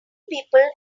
people